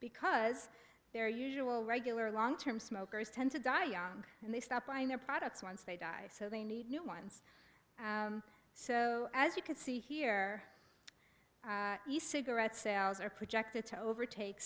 because their usual regular long term smokers tend to die young and they stop buying their products once they die so they need new ones so as you can see here east cigarette sales are projected to overtake